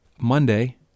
Monday